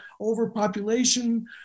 overpopulation